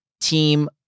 team